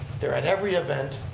they're at every event,